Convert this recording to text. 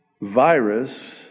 virus